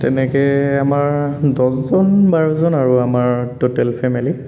তেনেকৈ আমাৰ দহজন বাৰজন আৰু ট'টেল ফেমেলী